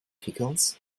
pickles